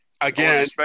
Again